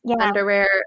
underwear